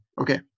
okay